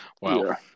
Wow